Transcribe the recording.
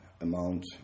amount